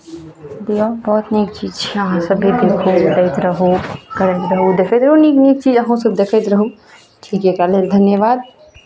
दियौन बहुत नीक चीज छियै अहाँ सभ भी दिख जाइत रहू करैत रहू देखैत रहू नीक नीक चीज अहूँसभ देखैत रहू ठीके कएल अइ धन्यवाद